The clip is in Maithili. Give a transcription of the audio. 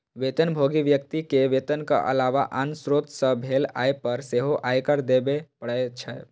वेतनभोगी व्यक्ति कें वेतनक अलावा आन स्रोत सं भेल आय पर सेहो आयकर देबे पड़ै छै